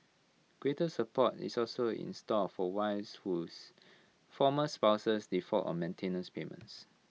greater support is also in store for wives whose former spouses default on maintenance payments